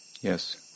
Yes